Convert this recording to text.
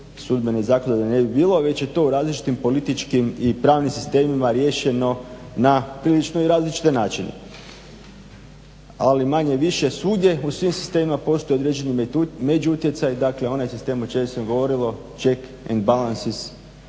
sudbene i zakonodavne ne bi bilo već je to u različitim političkim i pravnim sistemima riješeno na prilično i različite načine, ali manje-više svugdje u svim sistemima postoje određeni međuutjecaji, dakle onaj sistem o čemu se govorilo check and balances